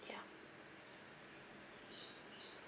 ya